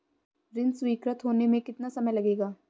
ऋण स्वीकृत होने में कितना समय लगेगा?